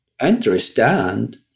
understand